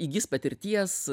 įgis patirties